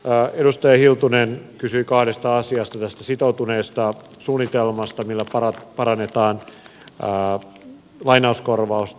edustaja hiltunen kysyi kahdesta asiasta ensiksikin tästä sitoutuneesta suunnitelmasta millä parannetaan lainauskorvausta